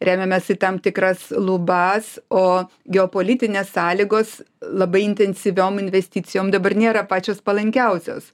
remiamės į tam tikras lubas o geopolitinės sąlygos labai intensyviom investicijom dabar nėra pačios palankiausios